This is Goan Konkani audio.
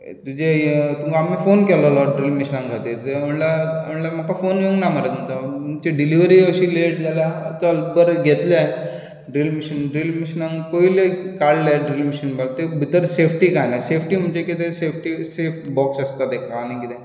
तुजें हें तुजें आमी फोन केल्लो ड्रिलींग मशिना खातीर तर म्हाका म्हणूंक लागलो म्हाका फोन येवंक ना मरे तुमचो तुमची डिलिवरी अशी लेट जाल्या चल बरें घेतलें ड्रिलींग मशीन ड्रिलींग मशिना पयलीं काडलें ड्रिलींग मशीन बगतय भितर सेफ्टी काय ना सेफ्टी म्हणजे कितें सेफ्टी सेफ्टी बॉक्स आसता ताका आनी कितें